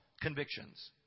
convictions